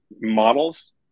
models